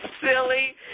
silly